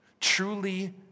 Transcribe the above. Truly